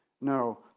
No